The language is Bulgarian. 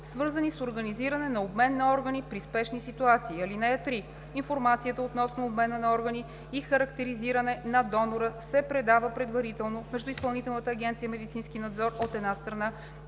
свързани с организиране на обмен на органи при спешни ситуации. (3) Информацията относно обмена на органи и характеризиране на донора се предава предварително между Изпълнителна агенция „Медицински надзор“, от една страна,